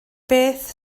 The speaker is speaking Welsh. beth